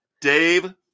Dave